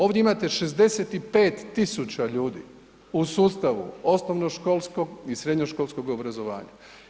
Ovdje imate 65 tisuća ljudi u sustavu osnovnoškolskog i srednjoškolskog obrazovanja.